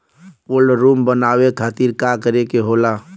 Cold room बनावे खातिर का करे के होला?